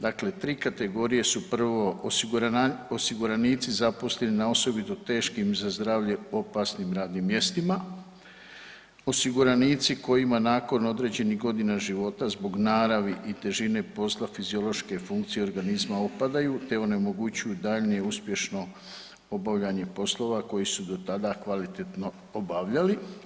Dakle, tri kategorije su prvo osiguranici zaposleni na osobito teškim i za zdravlje opasnim radnim mjestima, osiguranici kojima nakon određenih godina života zbog naravi i težine posla fiziološke funkcije organizma opadaju te onemogućuju daljnje uspješno obavljanje poslova koje su do tada kvalitetno obavljali.